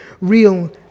real